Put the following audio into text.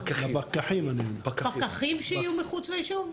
שהפקח יחליט איפה הוא רוצה להיות.